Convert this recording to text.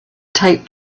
taped